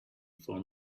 for